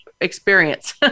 experience